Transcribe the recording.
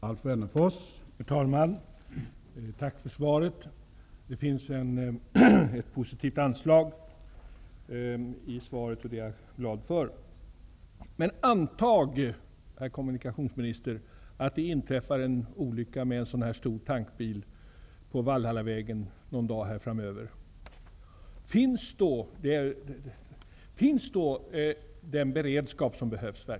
Herr talman! Jag tackar för svaret. Det finns ett positivt anslag i svaret, och det är jag glad för. Men antag, herr kommunikationsminister, att det inträffar en olycka med en stor tankbil på Valhallavägen någon dag framöver. Finns då den beredskap som behövs?